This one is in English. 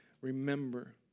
remember